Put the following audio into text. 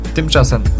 Tymczasem